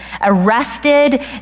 arrested